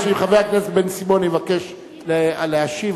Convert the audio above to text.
שאם חבר הכנסת בן-סימון יבקש להשיב,